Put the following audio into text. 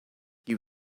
you